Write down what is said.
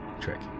trick